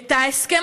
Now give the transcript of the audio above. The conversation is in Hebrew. את ההסכם